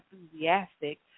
enthusiastic